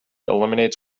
eliminates